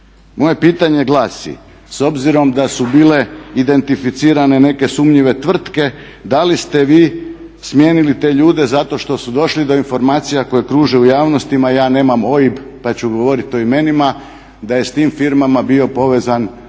Moje pitanje glasi s obzirom da su bile identificirane neke sumnjive tvrtke da li ste vi smijenili te ljude zato što su došli do informacija koje kruže u javnosti? Ja nemam OIB pa ću govoriti o imenima, da je s tim firmama bio povezan gospodin